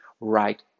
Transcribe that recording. right